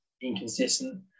inconsistent